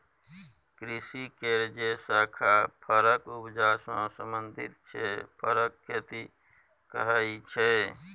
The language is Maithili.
कृषि केर जे शाखा फरक उपजा सँ संबंधित छै फरक खेती कहाइ छै